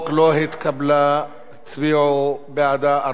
הצביעו בעדה ארבעה חברי כנסת, ונגדה,